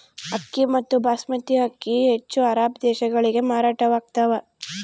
ಅಕ್ಕಿ ಮತ್ತು ಬಾಸ್ಮತಿ ಅಕ್ಕಿ ಹೆಚ್ಚು ಅರಬ್ ದೇಶಗಳಿಗೆ ಮಾರಾಟವಾಗ್ತಾವ